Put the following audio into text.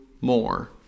more